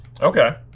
Okay